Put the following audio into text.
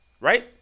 right